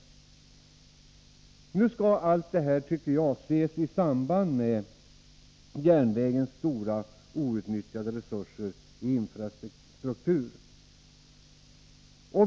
Jag anser att allt detta skall ses i samband med järnvägens stora outnyttjade resurser när det gäller infrastrukturen.